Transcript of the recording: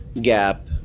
gap